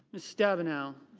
miss stabenow,